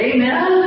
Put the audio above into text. Amen